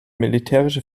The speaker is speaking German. militärische